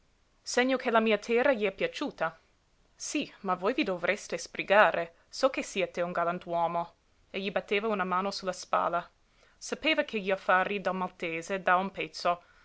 segno che la mia terra gli è piaciuta sí ma voi vi dovreste sbrigare so che siete un galantuomo e gli batteva una mano sulla spalla sapeva che gli affari del maltese da un pezzo